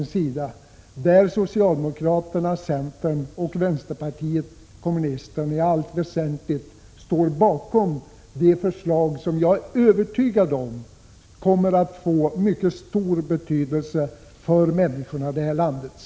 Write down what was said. Socialdemokraterna, centern och vänsterpartiet kommunisterna står i allt väsentligt bakom detta lagförslag, som jag är övertygad om kommer att få mycket stor betydelse för människorna i det här landet.